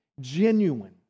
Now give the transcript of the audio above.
Genuine